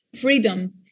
Freedom